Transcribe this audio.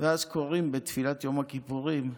ואז קוראים בתפילת יום הכיפורים,